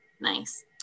nice